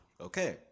Okay